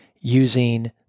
using